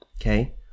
Okay